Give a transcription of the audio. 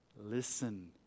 Listen